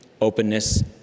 openness